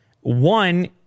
One